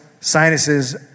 Sinuses